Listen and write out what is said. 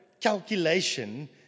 calculation